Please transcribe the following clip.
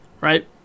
right